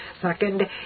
Second